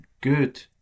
good